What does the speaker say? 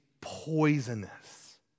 poisonous